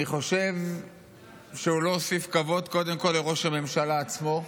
אני חושב שהוא לא הוסיף כבוד קודם כול לראש הממשלה עצמו.